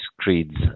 creeds